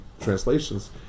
translations